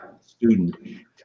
student